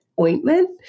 ointment